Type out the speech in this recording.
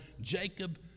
Jacob